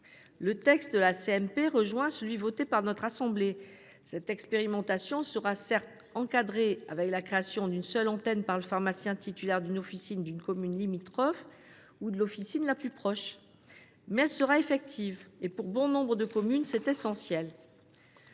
le texte de la CMP rejoint celui qui a été voté par notre assemblée. L’expérimentation sera certes encadrée – une seule antenne pourra être créée par le pharmacien titulaire d’une officine d’une commune limitrophe ou de l’officine la plus proche –, mais elle sera effective. Pour bon nombre de communes, c’est essentiel